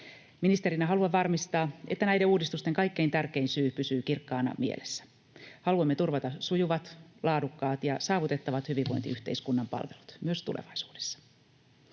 Ministerinä haluan varmistaa, että näiden uudistusten kaikkein tärkein syy pysyy kirkkaana mielessä: haluamme turvata sujuvat, laadukkaat ja saavutettavat hyvinvointiyhteiskunnan palvelut, myös tulevaisuudessa.